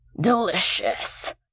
delicious